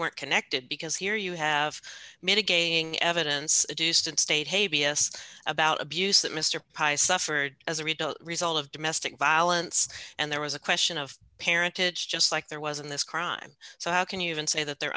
weren't connected because here you have mitigating evidence jews didn't state hey b s about abuse that mr price suffered as a result result of domestic violence and there was a question of parentage just like there was in this crime so how can you even say that they're